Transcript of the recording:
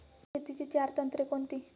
शेतीची चार तंत्रे कोणती?